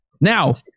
now